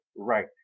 Right